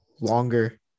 longer